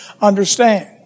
understand